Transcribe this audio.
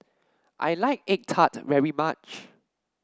I like egg tart very much